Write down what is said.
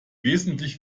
wesentlich